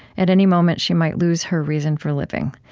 at any moment, she might lose her reason for living.